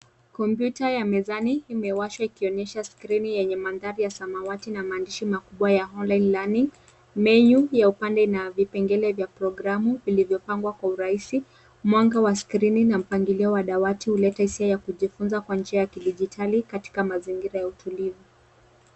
Kompuyta ya mezani imewashwa ikionyesha skrini yenye mandhari ya samawati na maandishi makubwa ya online learning . Menu ya upande ina vipengele vya programu vilivyopangwa kwa urahisi. Mwanga wa skrini na mpangilio wa dawati huleta hisia ya kujifunza kwa njia ya kidijitali katika mazingira ya utulivu.